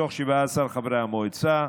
מתוך 17 חברי המועצה,